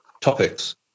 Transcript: topics